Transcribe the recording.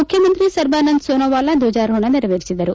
ಮುಖ್ಯಮಂತ್ರಿ ಸರ್ಬಾನಂದ್ ಸೋನೋವಾಲಾ ಧ್ವಜಾರೋಪಣ ನೆರವೇರಿಸಿದರು